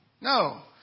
No